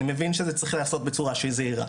אני מבין שזה צריך להיעשות בצורה זהירה.